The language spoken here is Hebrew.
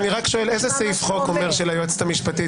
אני רק שואל איזה סעיף חוק אומר שליועצת המשפטית